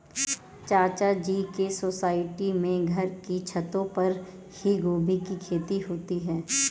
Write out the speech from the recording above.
चाचा जी के सोसाइटी में घर के छतों पर ही गोभी की खेती होती है